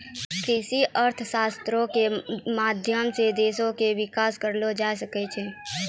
कृषि अर्थशास्त्रो के माध्यम से देशो के विकास करलो जाय सकै छै